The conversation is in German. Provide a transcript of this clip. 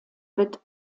wird